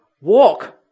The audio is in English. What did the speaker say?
walk